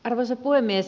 arvoisa puhemies